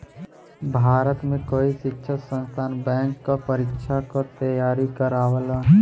भारत में कई शिक्षण संस्थान बैंक क परीक्षा क तेयारी करावल